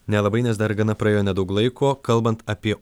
nelabai nes dar gana praėjo nedaug laiko kalbant apie